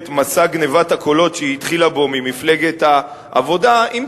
מסע גנבת הקולות ממפלגת העבודה שהיא התחילה בו,